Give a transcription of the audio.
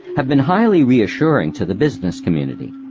have been highly reassuring to the business community.